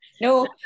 No